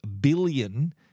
billion